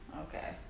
Okay